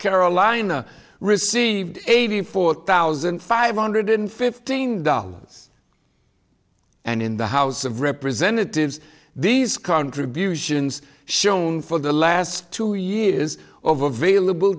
carolina received eighty four thousand five hundred fifteen dollars and in the house of representatives these contributions shown for the last two years of available